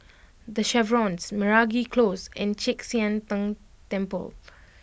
The Chevrons Meragi Close and Chek Sian Tng Temple